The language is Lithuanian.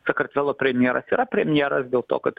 sakartvelo premjeras yra premjeras dėl to kad